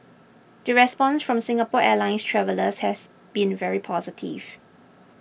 the response from Singapore Airlines travellers has been very positive